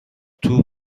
توپ